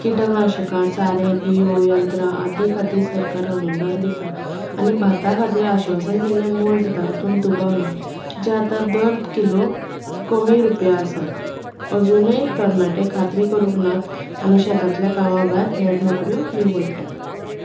किटकनाशकां सारें बियो यंत्रां आदी खातीर सरकार अनुदान दिता आनी बाता खातीर आश्वासन दिल्लें मोल दिता हातूंत दुबाव ना जें आतां दर किलो कमी रुपया आसा अजुनूय तरनाटे खात्री करूंक नात आनी शेतांतल्या कामा भायर हेर नोकऱ्यो निवडटात